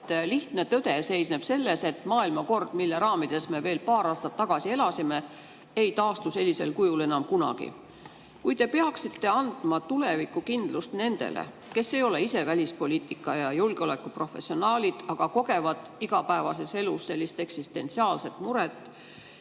lihtne tõde seisneb selles, et maailmakord, mille raamides me veel paar aastat tagasi elasime, ei taastu sellisel kujul enam kunagi." Kui te peaksite andma tulevikukindlust nendele, kes ei ole ise välispoliitika ja julgeoleku [valdkonnas] professionaalid, aga kogevad igapäevases elus sellist eksistentsiaalset muret,